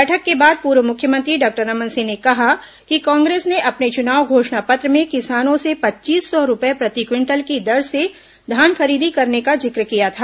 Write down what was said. बैठक के बाद पूर्व मुख्यमंत्री डॉक्टर रमन सिंह ने कहा कि कांग्रेस ने अपने चुनाव घोषणा पत्र में किसानों से पच्चीस सौ रूपये प्रति क्विंटल की दर से धान खरीदी करने का जिक्र किया था